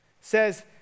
says